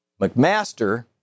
McMaster